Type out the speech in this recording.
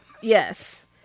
Yes